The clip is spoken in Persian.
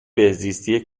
بهزیستی